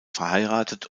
verheiratet